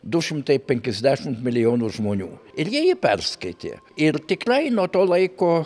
du šimtai penkiasdešimt milijonų žmonių ir jie jį perskaitė ir tikrai nuo to laiko